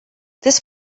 this